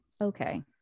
Okay